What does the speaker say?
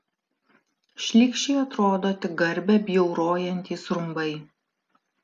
šlykščiai atrodo tik garbę bjaurojantys rumbai